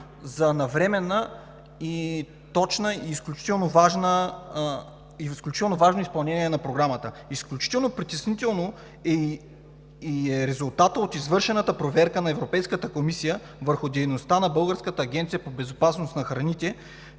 за навременно, точно и изключително важно изпълнение на Програмата. Изключително притеснителен е и резултатът от извършената проверка на Европейската комисия върху дейността на Българската агенция по безопасност на храните